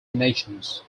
nations